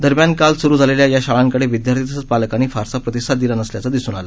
दरम्यान काल स्रू झालेल्या या शाळंकडे विद्यार्थी तसंच पालकांनी फारसा प्रतिसाद दिला नसल्याचं दिसून आलं